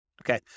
okay